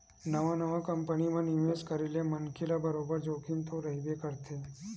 नवा नवा कंपनी म निवेस करे ले मनखे ल बरोबर जोखिम तो रहिबे करथे